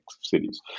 cities